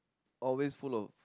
always full of